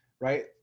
right